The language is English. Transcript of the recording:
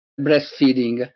breastfeeding